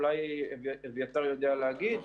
אולי אביתר יודע להגיד.